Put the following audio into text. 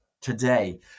Today